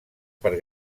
per